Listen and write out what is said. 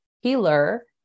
healer